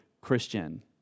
Christian